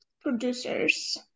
producers